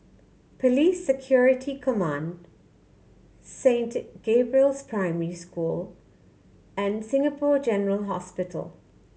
Police Security Command Saint Gabriel's Primary School and Singapore General Hospital